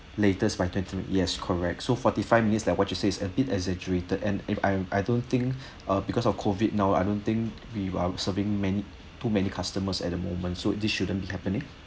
latest by twenty minute yes correct so forty-five minutes like what you said is a bit exaggerated and if I I don't think uh because of COVID now I don't think we are serving many too many customers at the moment so this shouldn't be happening